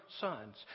sons